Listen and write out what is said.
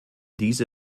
diese